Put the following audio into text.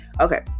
Okay